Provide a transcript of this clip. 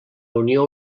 unió